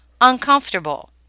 uncomfortable